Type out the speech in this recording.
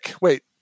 Wait